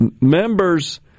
members